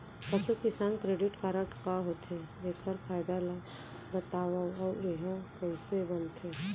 पसु किसान credit card का होथे, एखर फायदा ला बतावव अऊ एहा कइसे बनथे?